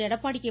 Edappadi K